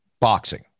boxing